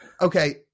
Okay